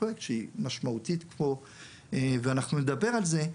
הפרויקט שהיא משמעותית פה ואנחנו נדבר על זה,